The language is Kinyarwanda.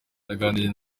yaganiriye